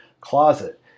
closet